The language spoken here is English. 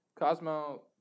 Cosmo